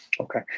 Okay